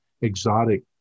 exotic